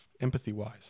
empathy-wise